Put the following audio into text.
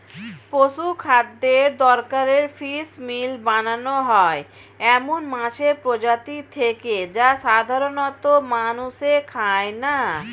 পশুখাদ্যের দরকারে ফিসমিল বানানো হয় এমন মাছের প্রজাতি থেকে যা সাধারনত মানুষে খায় না